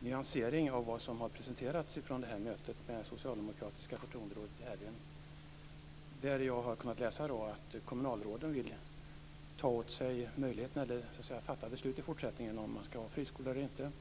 nyansering av vad som har presenterats från mötet med socialdemokratiska förtroenderådet i helgen. Jag har kunnat läsa att kommunalråden i fortsättningen vill fatta beslut om man ska ha friskolor eller inte.